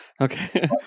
okay